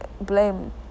Blame